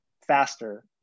faster